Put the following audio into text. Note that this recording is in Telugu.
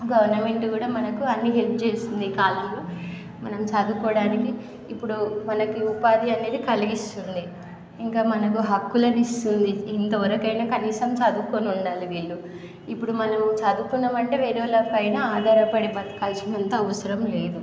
గవర్నమెంట్ కూడా మనకు అన్ని హెల్ప్ చేస్తుంది ఈ కాలంలో మనం చదువుకోవడానికి ఇప్పుడు మనకి ఉపాధి అనేది కలిగిస్తుంది ఇంకా మనకు హక్కులను ఇస్తుంది ఇంత వరకైనా కనీసం చదువుకోని ఉండాలి వీళ్ళు ఇప్పుడు మనం చదువుకున్నాం అంటే వేరేవాళ్ళ పైన ఆధారపడి బతకాల్సిన అంత అవసరం లేదు